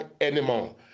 anymore